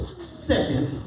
second